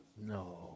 No